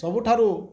ସବୁଠାରୁ